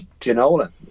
Ginola